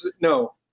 no